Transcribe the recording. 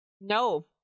No